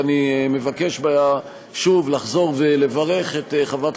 אני מבקש שוב לחזור ולברך את חברת